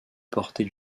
portée